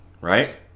right